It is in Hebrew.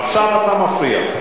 עכשיו אתה מפריע.